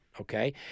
okay